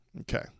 Okay